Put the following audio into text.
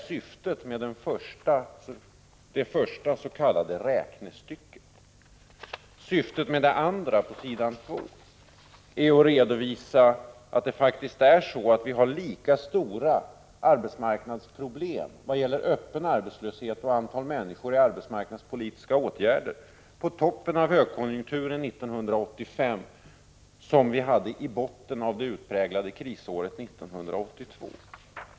Syftet med det andra s.k. räknestycket i min interpellation är att redovisa att vi faktiskt har lika stora arbetsmarknadsproblem vad gäller öppen arbetslöshet och antal människor i arbetsmarknadspolitiska åtgärder på toppen av högkonjunkturen 1985 som vi hade när konjunkturen nådde ett bottenläge det utpräglade krisåret 1982.